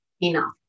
enough